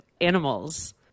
animals